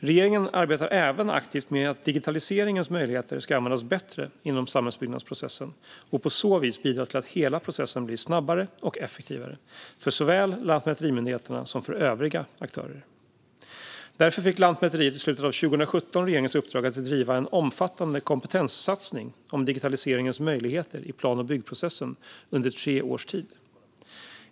Regeringen arbetar även aktivt med att digitaliseringens möjligheter ska användas bättre inom samhällsbyggnadsprocessen och på så vis bidra till att hela processen blir snabbare och effektivare för såväl lantmäterimyndigheterna som övriga aktörer. Därför fick Lantmäteriet i slutet av 2017 regeringens uppdrag att driva en omfattande kompetenssatsning om digitaliseringens möjligheter i plan och byggprocessen under tre års tid.